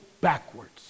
backwards